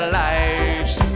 lives